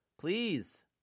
please